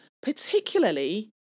particularly